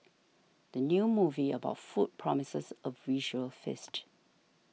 the new movie about food promises a visual feast